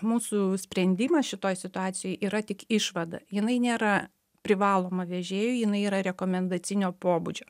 mūsų sprendimas šitoj situacijoj yra tik išvada jinai nėra privaloma vežėjui jinai yra rekomendacinio pobūdžio